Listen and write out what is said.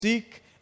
seek